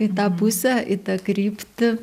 į tą pusę į tą kryptį